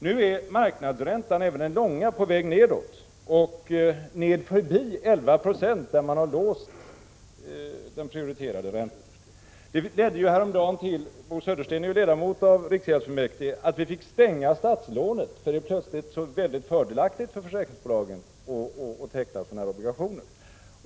Nu är marknadsräntan — även den långa — på väg neråt, ned förbi 11 26, där man har låst den prioriterade räntan. Det ledde häromdagen till att riksgäldsfullmäktige — Bo Södersten är ju ledamot av riksgäldsfullmäktige — fick stänga statslånet därför att det plötsligt blev så väldigt fördelaktigt för försäkringsbolagen att teckna sådana obligationer.